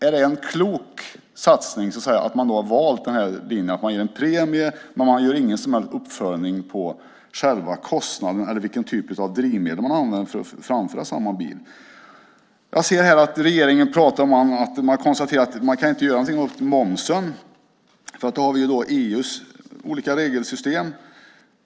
Är det en klok satsning att man har valt linjen att ge en premie men inte gör någon som helst uppföljning av vilken typ av drivmedel som används för att framföra samma bil? Jag ser här att regeringen konstaterar att man inte kan göra någonting åt momsen, för där har vi EU:s olika regelsystem.